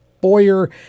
Boyer